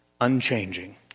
unchanging